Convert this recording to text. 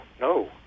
no